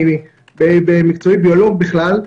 במקצועי אני בכלל ביולוג.